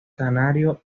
canario